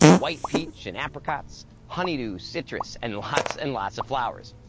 white peach and apricots, honeydew, citrus and lots and lots of flowers,